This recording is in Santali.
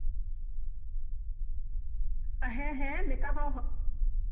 ᱦᱮᱸ ᱦᱮᱸ ᱢᱮᱠᱟᱯ ᱦᱚᱸ